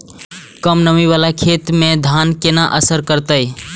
कम नमी वाला खेत में धान केना असर करते?